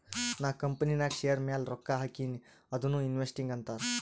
ನಾ ಕಂಪನಿನಾಗ್ ಶೇರ್ ಮ್ಯಾಲ ರೊಕ್ಕಾ ಹಾಕಿನಿ ಅದುನೂ ಇನ್ವೆಸ್ಟಿಂಗ್ ಅಂತಾರ್